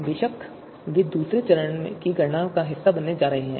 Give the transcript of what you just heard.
बेशक वे दूसरे चरण में गणना का हिस्सा बनने जा रहे हैं